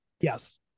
Yes